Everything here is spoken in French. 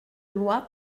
loi